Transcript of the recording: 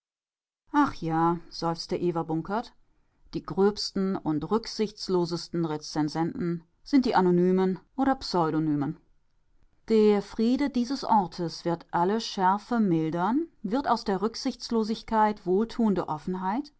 ach ja seufzte eva bunkert die gröbsten und rücksichtslosesten rezensenten sind die anonymen oder pseudonymen der friede dieses ortes wird alle schärfe mildern wird aus der rücksichtslosigkeit wohltuende offenheit